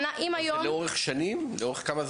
לאורך חמש שנים.